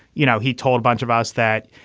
you know, he told a bunch of us that,